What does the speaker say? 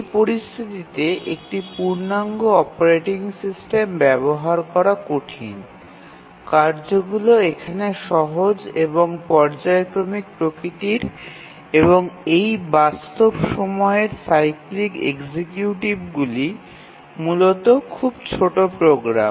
এই পরিস্থিতিতে একটি পূর্ণাঙ্গ অপারেটিং সিস্টেম ব্যবহার করা কঠিন কার্যগুলি এখানে সহজ এবং পর্যায়ক্রমিক প্রকৃতির এবং এই বাস্তব সময়ের সাইক্লিক এক্সিকিউটিভগুলি মূলত খুব ছোট প্রোগ্রাম